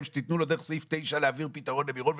שתיתנו לו דרך סעיף 9 להעביר פתרון למירון,